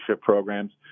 programs